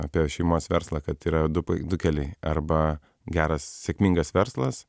apie šeimos verslą kad yra du keliai arba geras sėkmingas verslas